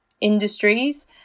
industries